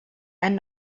and